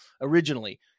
originally